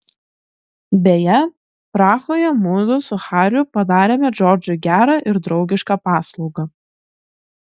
beje prahoje mudu su hariu padarėme džordžui gerą ir draugišką paslaugą